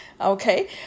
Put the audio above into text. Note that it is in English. Okay